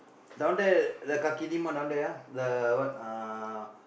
down there the kaki-timah down there ah the what uh